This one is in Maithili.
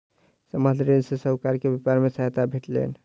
संबंद्ध ऋण सॅ साहूकार के व्यापार मे सहायता भेटलैन